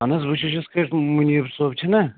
اہن حظ بہٕ چھُس یِتھ کٲٹھۍ مُنیٖب صٲب چھُنا